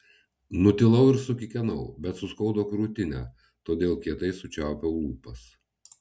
nutilau ir sukikenau bet suskaudo krūtinę todėl kietai sučiaupiau lūpas